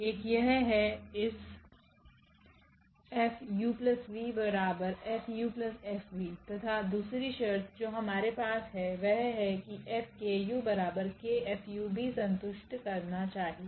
एक यह है इसF𝑢𝑣𝐹𝑢𝐹𝑣 तथा दूसरी शर्त जो हमारे पास है वह है की 𝐹𝑘𝑢𝑘𝐹𝑢 भी संतुष्ट करना चाहिए